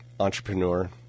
entrepreneur